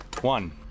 one